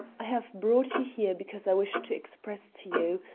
i have brought you here because i wish to express to you,